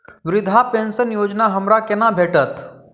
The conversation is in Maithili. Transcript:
वृद्धा पेंशन योजना हमरा केना भेटत?